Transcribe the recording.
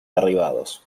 derribados